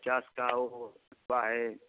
पचास का वो हुआ है